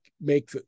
make